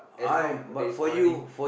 as long there is money